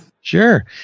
sure